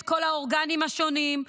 את כל האורגנים השונים,